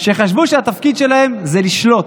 שחשבו שהתפקיד שלהן זה לשלוט,